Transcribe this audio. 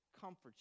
comforts